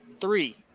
three